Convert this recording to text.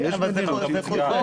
יש מדינות שהצליחו.